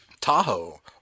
Tahoe